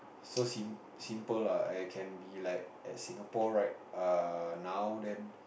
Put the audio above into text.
so sim~ simple lah I can be like at Singapore right err now then